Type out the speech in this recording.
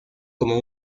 como